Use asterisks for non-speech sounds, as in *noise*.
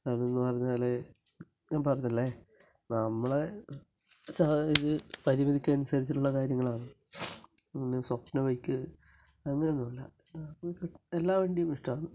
അതെന്ന് പറഞ്ഞാൽ ഞാൻ പറഞ്ഞില്ലേ നമ്മളെ സാഹചര്യം പരിമിതിക്ക് അനുസരിച്ചിട്ടുള്ള കാര്യങ്ങളാണ് ഇങ്ങനെ സ്വപ്ന ബൈക്ക് അങ്ങനെ ഒന്നുമില്ല *unintelligible* എല്ലാ വണ്ടിയും ഇഷ്ടമാണ്